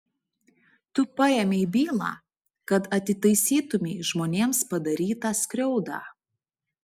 tu paėmei bylą kad atitaisytumei žmonėms padarytą skriaudą